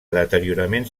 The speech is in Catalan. deteriorament